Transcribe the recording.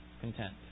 content